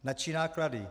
Na čí náklady?